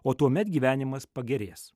o tuomet gyvenimas pagerės